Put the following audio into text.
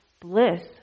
bliss